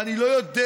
ואני לא יודע,